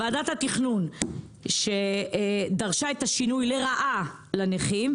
ועדת התכנון שדרשה את השינוי לרעה לנכים,